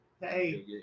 hey